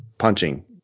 punching